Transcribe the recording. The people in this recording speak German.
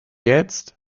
jetzt